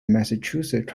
massachusetts